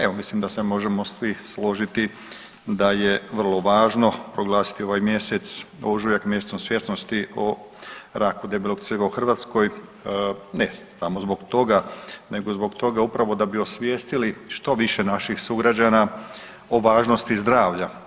Evo mislim da se možemo svi složiti da je vrlo važno proglasiti ovaj mjesec ožujak, mjesecom svjesnosti o raku debelog crijeva u Hrvatskoj ne samo zbog toga, nego zbog toga upravo da bi osvijestili što više naših sugrađana o važnosti zdravlja.